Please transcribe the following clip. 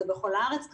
זה בכל הארץ כך.